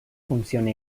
funciona